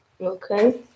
Okay